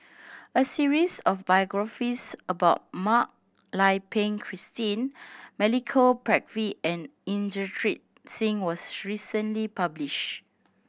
a series of biographies about Mak Lai Peng Christine Milenko Prvacki and Inderjit Singh was recently published